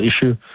issue